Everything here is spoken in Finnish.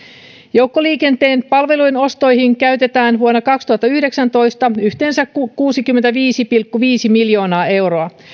joukkoliikenteen palveluiden ostoihin käytetään vuonna kaksituhattayhdeksäntoista yhteensä kuusikymmentäviisi pilkku viisi miljoonaa euroa